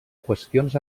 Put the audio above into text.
qüestions